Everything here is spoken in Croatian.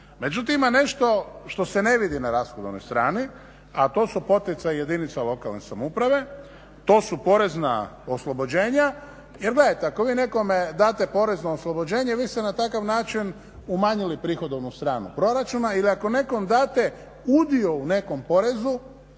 Međutim, ima nešto što se ne vidi na rashodovnoj strani a to su poticaji jedinica lokalne samouprave, to su porezna oslobođenja jer gledajte ako vi nekome date porezno oslobođenje vi se na takav način umanjili prihodovnu stranu proračuna ili ako nekom date udio u nekom porezu